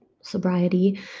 sobriety